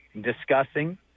discussing